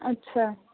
ਅੱਛਾ